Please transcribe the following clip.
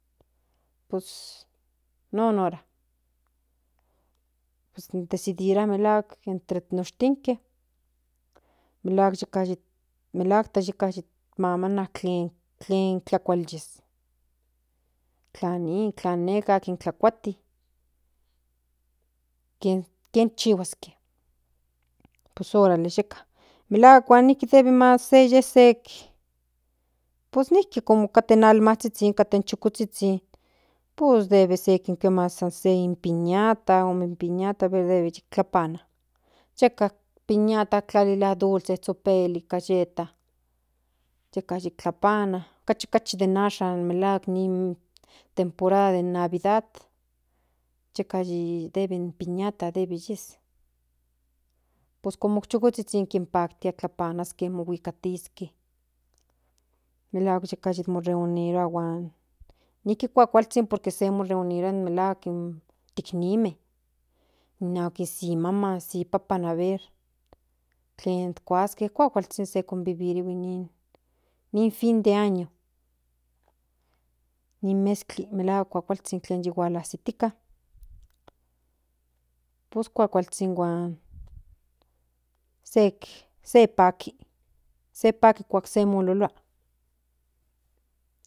Pos noon hora tedicidirua melahuak pero noshtinke melahuak yeka yi mamana tlen tlakua yes tlan ni tla neka itlan tlakuati ken chihuaske pues horale yeka melahuak pues nijki pehui se yes pues nijki como katen in almazhizhin chukozhizhin pues debe se kin pias piñata ome piñata aveces debe kin tlapana yeka piñata tlalilia dulce zhopelik galleta yeka yi tlapana kachi kachi den ashan den nin temporada navidada yeka in piñata debe yes pues como zhokozhizhin kinpaktia intlapanaske mokuikatiske melahuak yeka mo reunirua nijki kuakualzhin por que mo reunirua melahuak in tiknime inahuak ni maman si papan aver tlen kuaske nin fin de año nin mezkli melahuak kuakualzhin tlen ya mozatika pues kuakualzhin huan sek sepaki kuak se ololua.